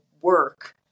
work